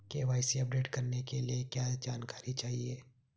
KYC update करने के लिए क्या जानकारी चाहिए?